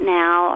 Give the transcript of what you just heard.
now